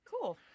Cool